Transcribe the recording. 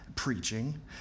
Preaching